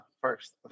first